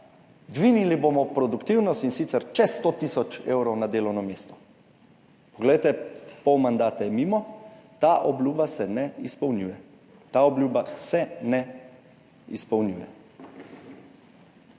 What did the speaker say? dvignili bomo produktivnost in sicer čez 100 tisoč evrov na delovno mesto. Poglejte, pol mandata je mimo, ta obljuba se ne izpolnjuje. Ta obljuba se ne izpolnjuje.